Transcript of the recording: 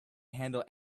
handle